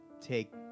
take